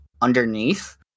underneath